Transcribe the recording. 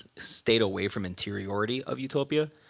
stayed away from interiority of utopia.